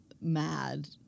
mad